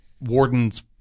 warden's